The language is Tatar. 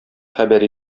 хәбәр